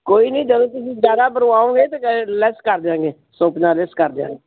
ਕੋਈ ਨਹੀਂ ਜਦੋਂ ਤੁਸੀਂ ਜ਼ਿਆਦਾ ਬਣਵਾਓਗੇ ਤਾਂ ਲੈਸ ਕਰ ਦਿਆਂਗੇ ਸੌ ਪੰਜਾਹ ਲੈਸ ਕਰ ਦਿਆਂਗੇ